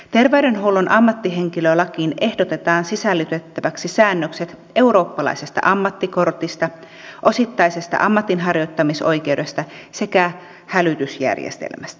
terveydenhuollon ammattihenkilölakiin ehdotetaan sisällytettäväksi säännökset eurooppalaisesta ammattikortista osittaisesta ammatinharjoittamisoikeudesta sekä hälytysjärjestelmästä